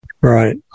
right